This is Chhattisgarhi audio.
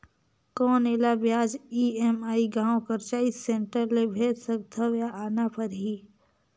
कौन एला ब्याज ई.एम.आई गांव कर चॉइस सेंटर ले भेज सकथव या आना परही?